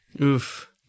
Oof